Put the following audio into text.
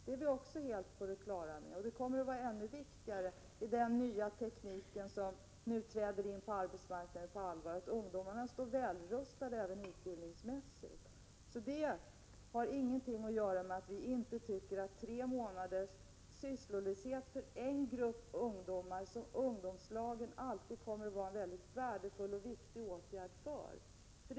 Det är vi helt på det klara med. Det kommer att vara ännu viktigare nu när den nya tekniken träder in att ungdomarna står väl rustade även utbildningsmässigt. Det har ingenting att göra med att vi tycker att tre månaders sysslolöshet är någonting negativt. Ungdomslagen kommer alltid att vara en väldigt värdefull och viktig åtgärd i detta sammanhang.